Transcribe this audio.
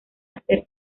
hacer